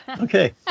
Okay